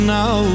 now